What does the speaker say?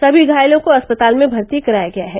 सभी घायलों को अस्पताल में भर्ती कराया गया है